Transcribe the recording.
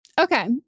Okay